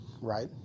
right